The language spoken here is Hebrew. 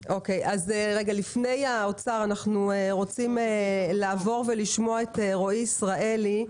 לפני האוצר אנחנו רוצים לעבור ולשמוע את רועי ישראלי,